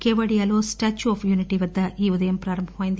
కెవడియాలో statue of unity వద్ద ఈ ఉదయం ప్రారంభమైంది